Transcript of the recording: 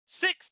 six